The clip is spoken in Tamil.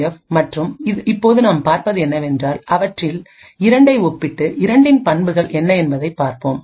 எஃப் மற்றும் இப்போது நாம் பார்ப்பது என்னவென்றால் அவற்றில் இரண்டை ஒப்பிட்டு இரண்டின் பண்புகள் என்ன என்பதைப் பார்ப்போம்